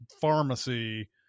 pharmacy